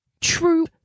true